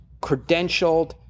credentialed